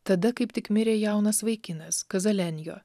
tada kaip tik mirė jaunas vaikinas kazalenjo